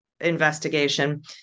investigation